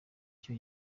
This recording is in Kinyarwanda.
icyo